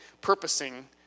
purposing